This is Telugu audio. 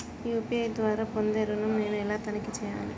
యూ.పీ.ఐ ద్వారా పొందే ఋణం నేను ఎలా తనిఖీ చేయాలి?